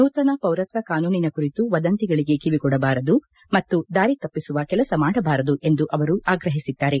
ನೂತನ ಪೌರತ್ವ ಕಾನೂನಿನ ಕುರಿತು ವದಂತಿಗಳಿಗೆ ಕಿವಿಗೊಡಬಾರದು ಮತ್ತು ದಾರಿ ತಪ್ಪಿಸುವ ಕೆಲಸ ಮಾಡಬಾರದು ಎಂದು ಅವರು ಜನತೆಗೆ ಆಗ್ರಹಿಸಿದ್ದಾರೆ